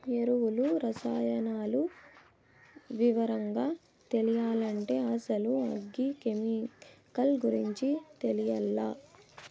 ఎరువులు, రసాయనాలు వివరంగా తెలియాలంటే అసలు అగ్రి కెమికల్ గురించి తెలియాల్ల